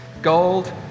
gold